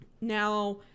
Now